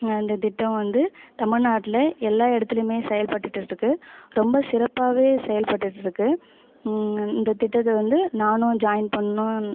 இந்த திட்டம் வந்து தமிழ்நாட்டில் எல்லா இடத்திலையுமே செயல்பட்டுகிட்டு இருக்குது ரொம்ப சிறப்பாகவே செயல்பட்டுகிட்டு இருக்குது இந்த திட்டத்தை வந்து நானும் ஜாயின் பண்ணும்